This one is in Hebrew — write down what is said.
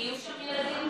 כי יהיו שם ילדים.